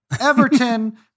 Everton